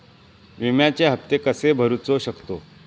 विम्याचे हप्ते कसे भरूचो शकतो?